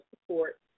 support